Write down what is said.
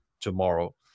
tomorrow